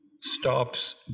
stops